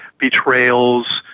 betrayals,